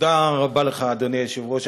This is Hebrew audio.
תודה רבה לך, אדוני היושב-ראש.